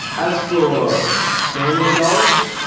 as for family goals,